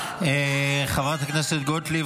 חברת הכנסת גוטליב,